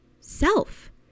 self